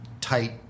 tight